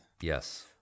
Yes